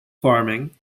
farming